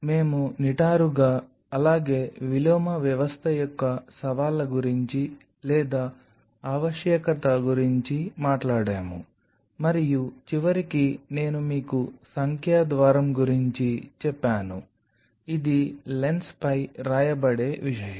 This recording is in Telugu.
మేము నిటారుగా అలాగే విలోమ వ్యవస్థ యొక్క సవాళ్ల గురించి లేదా ఆవశ్యకత గురించి మాట్లాడాము మరియు చివరికి నేను మీకు సంఖ్యా ద్వారం గురించి చెప్పాను ఇది లెన్స్పై వ్రాయబడే విషయం